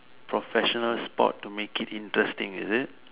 professional sport to make it interesting is it